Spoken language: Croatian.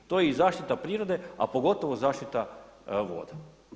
To je i zaštita prirode, a pogotovo zaštita voda.